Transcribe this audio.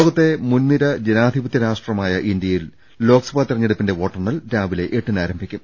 ലോകത്തെ മുൻനിര ജനാധിപത്യ രാഷ്ട്രമായ ഇന്ത്യയിൽ ലോക്സഭാ തെരഞ്ഞെടുപ്പിന്റെ വോട്ടെണ്ണൽ രാവിലെ എട്ടിനാ രംഭിക്കും